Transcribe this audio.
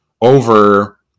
over